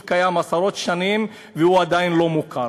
שקיים עשרות שנים והוא עדיין לא מוכר.